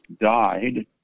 died